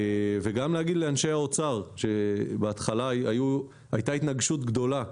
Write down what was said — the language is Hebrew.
גם לומר תודה לאנשי האוצר שבהתחלה הייתה התנגשות גדולה,